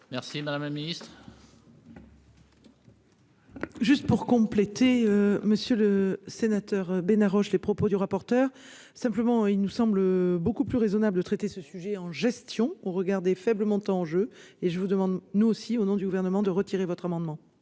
Merci madame la ministre. Juste pour compléter, monsieur le sénateur, les propos du rapporteur, simplement, il nous semble beaucoup plus raisonnables de traiter ce sujet en gestion au regard des faibles montants en jeu et je vous demande, nous aussi, au nom du gouvernement de retirer votre amendement.